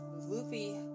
Luffy